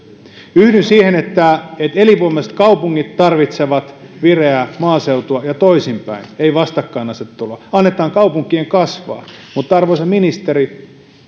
yhdyn siihen että että elinvoimaiset kaupungit tarvitsevat vireää maaseutua ja toisinpäin eivät vastakkainasettelua annetaan kaupunkien kasvaa mutta arvoisa ministeri